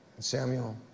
Samuel